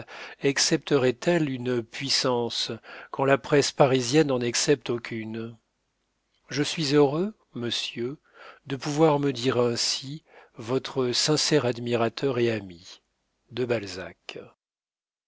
excepterait elle une puissance quand la presse parisienne n'en excepte aucune je suis heureux monsieur de pouvoir me dire ainsi votre sincère admirateur et ami de balzac